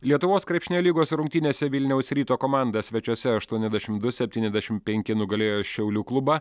lietuvos krepšinio lygos rungtynėse vilniaus ryto komanda svečiuose aštuoniasdešim du septyniasdešim penki nugalėjo šiaulių klubą